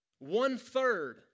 One-third